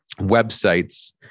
websites